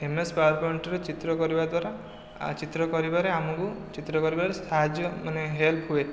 M S ପାୱାରପଏଣ୍ଟରେ ଚିତ୍ର କରିବା ଦ୍ୱାରା ଚିତ୍ର କରିବାରେ ଆମକୁ ଚିତ୍ର କରିବାରେ ସାହାଯ୍ୟ ମାନେ ହେଲ୍ପ ହୁଏ